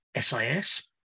SIS